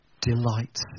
delights